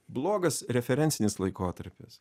blogas referencinis laikotarpis